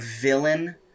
villain